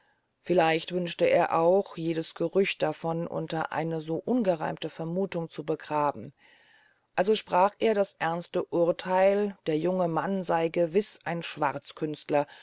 vielleicht wünschte er auch jedes gerücht davon unter eine so ungereimte vermuthung zu begraben also sprach er das ernste urtheil der junge mann sey gewiß ein